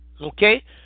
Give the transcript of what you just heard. Okay